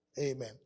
Amen